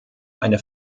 eine